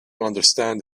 understand